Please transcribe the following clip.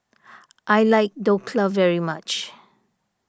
I like Dhokla very much